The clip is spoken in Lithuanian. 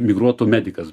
migruotų medikas